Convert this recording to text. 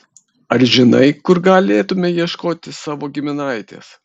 ar žinai kur galėtumei ieškoti savo giminaitės